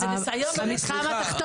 זה המתחם התחתון,